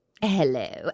Hello